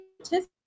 statistics